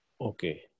Okay